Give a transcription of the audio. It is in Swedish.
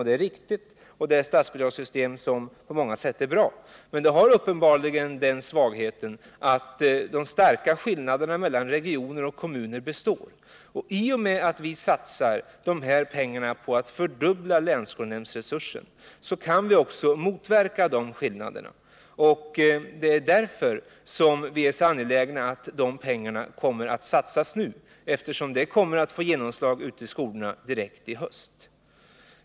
Det är riktigt, och det är ett statsbidragssystem som på många sätt är bra, men det har uppenbarligen den svagheten att de stora skillnaderna mellan regioner och kommuner består. I och med att vi satsar pengar på att fördubbla länsskolnämndsresursen kan vi också motverka de skillnaderna. Det är därför som vi är så angelägna om att dessa pengar satsas nu, eftersom det kommer att få direkt genomslag ute i skolorna i höst.